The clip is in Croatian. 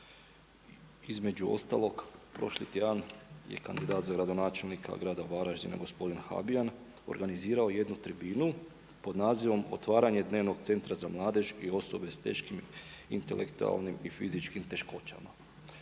Između ostalog prošli tjedan je kandidat za gradonačelnika grada Varaždina gospodin Habijan organizirao jednu tribinu pod nazivom otvaranje dnevnog centra za mladež i osobe sa teškim intelektualnim i fizičkim teškoćama.